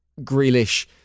Grealish